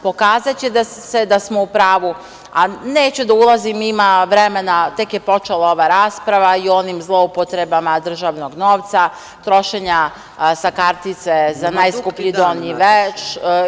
Pokazaće se da smo u pravu, neću da ulazim, ima vremena, tek je počela ova rasprava, i o onim zloupotrebama državnog novca, trošenja sa kartice za najskuplji donji veš.